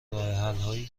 راهحلهایی